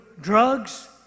drugs